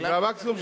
זה לא דו-שיח,